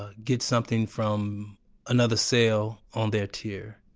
ah get something from another cell on their tier,